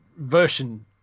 version